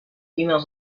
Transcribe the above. emails